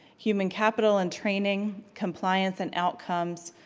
human capital and training, compliance and outcomes,